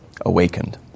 awakened